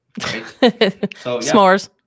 S'mores